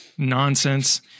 Nonsense